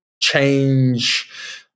change